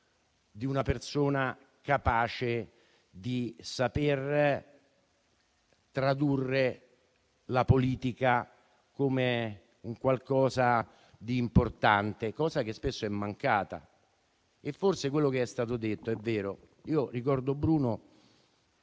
come persona capace di tradurre la politica in qualcosa di importante, cosa che spesso è mancata. Forse quello che è stato detto è vero. Ricordo che Bruno,